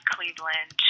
Cleveland